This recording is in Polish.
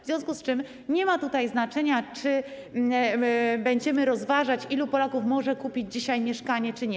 W związku z tym nie ma tutaj znaczenia, czy będziemy rozważać, ilu Polaków może dzisiaj kupić mieszkanie, czy nie.